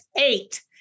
eight